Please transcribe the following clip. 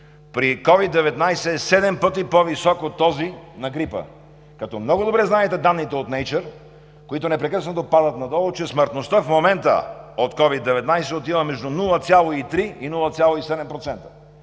при COVID-19 е седем пъти по-висок от този на грипа. Като много добре знаете данните от Nature, които непрекъснато падат надолу, че смъртността в момента от COVID-19 отива между 0,3 и 0,7%,